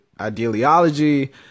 ideology